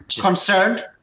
Concerned